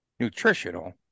Nutritional